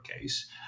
case